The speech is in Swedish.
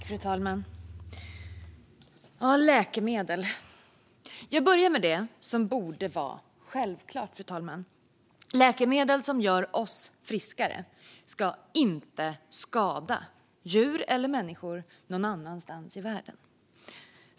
Fru talman! Jag börjar med det som borde vara självklart när det gäller läkemedel: Läkemedel som gör oss friskare ska inte skada djur eller människor någon annanstans i världen.